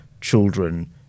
children